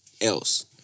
else